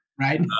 Right